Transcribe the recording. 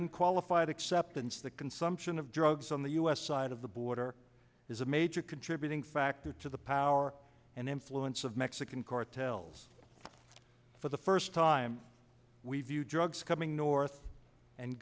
unqualified acceptance the consumption of drugs on the us side of the border is a major contributing factor to the power and influence of mexican cartels for the first time we view drugs coming north and